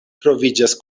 troviĝas